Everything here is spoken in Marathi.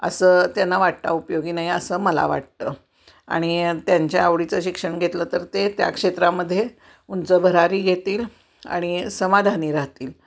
असं त्यांना वाटता उपयोगी नाही असं मला वाटतं आणि त्यांच्या आवडीचं शिक्षण घेतलं तर ते त्या क्षेत्रामध्ये उंच भरारी घेतील आणि समाधानी राहतील